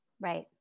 right